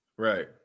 Right